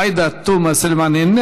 עאידה תומא סלימאן,